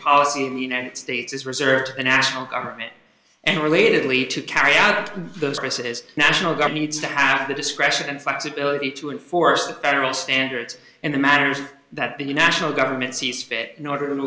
policy in the united states is reserved to the national government and related lead to carry out those bases national guard needs to have the discretion and flexibility to enforce federal standards in the matters that the national government sees fit in order to